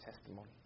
testimony